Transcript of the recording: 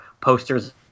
posters